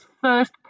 first